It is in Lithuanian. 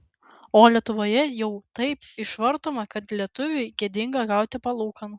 o lietuvoje jau taip išvartoma kad lietuviui gėdinga gauti palūkanų